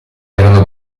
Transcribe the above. erano